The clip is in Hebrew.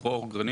אני דרור גרנית,